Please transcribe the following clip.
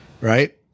Right